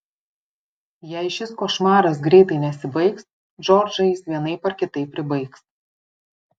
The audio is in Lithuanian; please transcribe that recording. jei šis košmaras greitai nesibaigs džordžą jis vienaip ar kitaip pribaigs